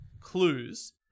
clues